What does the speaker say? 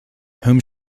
whom